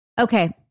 Okay